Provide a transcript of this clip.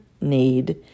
need